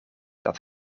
dat